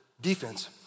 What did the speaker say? defense